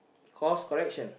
course correction